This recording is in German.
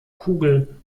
kugel